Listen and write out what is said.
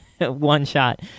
one-shot